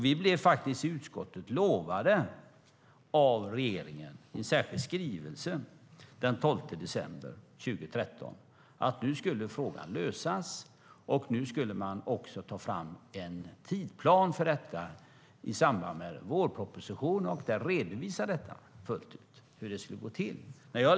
I en särskild skrivelse av den 12 december 2013 blev vi i utskottet lovade av regeringen att frågan skulle lösas och att man skulle ta fram en tidsplan för detta i samband med vårpropositionen och där redovisa fullt ut hur det skulle gå till.